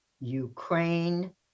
Ukraine